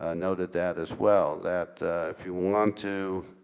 ah noted that as well. that if you want to